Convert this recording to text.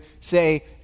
say